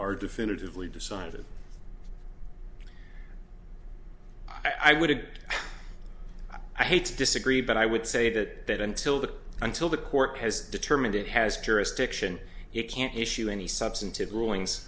or definitively decided i would i hate to disagree but i would say that that until the until the court has determined it has jurisdiction you can't issue any substantive rulings